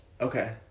Okay